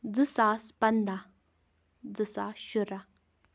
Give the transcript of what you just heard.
زٕ ساس پَنٛداہ زٕ ساس شُراہ